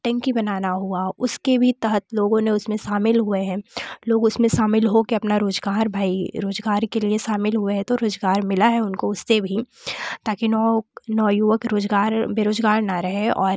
टंकी बनाना हुआ उसके भी है तहत लोगों ने उसमें शामिल हुए हैं लोग उसमे शामिल होकर अपना रोज़गार भाई रोज़गार के लिए शामिल हुए है तो रोज़गार मिला है उनको उससे भी ताकि नौक नवयुवक रोज़गार बेरोज़गार ना रहे और